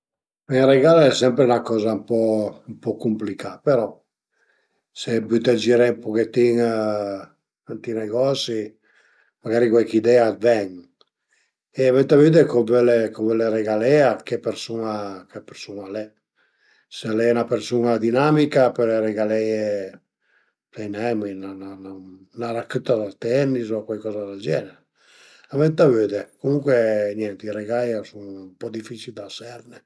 Ën regal al e sempre 'na coza ën po ën po cumplicà però se t'büte a giré ën puchetin ënt i negosi magari cuaich idea a t'ven e venta vëde co völe co völe regalé a che persun-a che persun- al e. S'la e 'na persun-a dinamica pöle regaleie sai nen mi 'na rachëta da tennis o cuaicoza dël gener, a vënta vëde, comuncue niente i regai a sun ën po dificil da serne